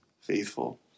faithful